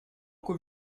qu’au